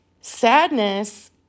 Sadness